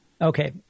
Okay